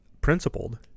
principled